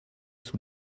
sous